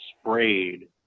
sprayed